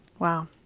wow.